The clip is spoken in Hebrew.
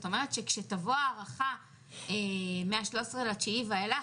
זאת אומרת שכאשר תבוא הארכה מה-13.9 ואילך